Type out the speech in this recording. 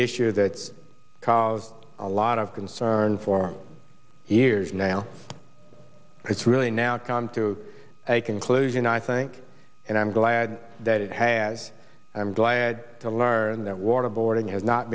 issue that caused a lot of concern for years now but it's really now calm to a conclusion i think and i'm glad that it has i'm glad to learn that waterboarding has not